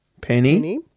Penny